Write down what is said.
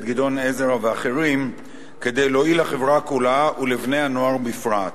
גדעון עזרא ואחרים כדי להועיל לחברה כולה ולבני-הנוער בפרט.